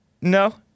No